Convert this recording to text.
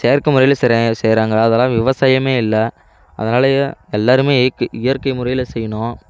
செயற்கை முறையில் செய்கிறாங்க அதெல்லாம் விவசாயமே இல்லை அதனாலேயே எல்லோருமே இயக்கு இயற்கை முறையில் செய்யணும்